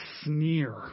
sneer